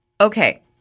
okay